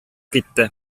китте